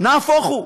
נהפוך הוא,